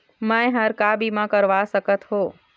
मैं हर का बीमा करवा सकत हो?